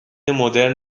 مدرن